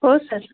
हो सर